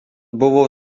buvo